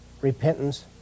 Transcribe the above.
repentance